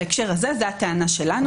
בהקשר הזה, זו הטכנה שלנו.